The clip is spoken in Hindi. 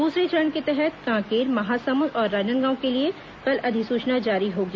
दूसरे चरण के तहत कांकेर महासमुंद और राजनांदगांव के लिए कल अधिसूचना जारी होगी